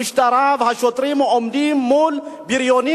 המשטרה והשוטרים עומדים מול בריונים,